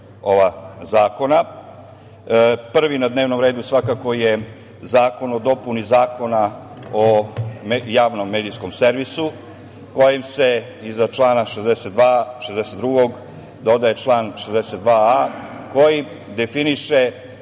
ova zakona. Prvi na dnevnom redu svakako je zakon o dopuni Zakona o javnom medijskom servisu kojim se iza člana 62. dodaje član 62a, koji definiše